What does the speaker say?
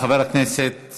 חבר הכנסת